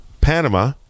Panama